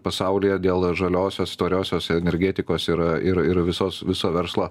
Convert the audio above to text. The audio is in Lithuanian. pasaulyje dėl žaliosios tvariosios energetikos yra ir ir visos viso verslo